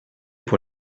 pour